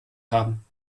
haben